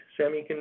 semiconductors